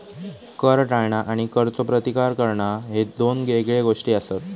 कर टाळणा आणि करचो प्रतिकार करणा ह्ये दोन येगळे गोष्टी आसत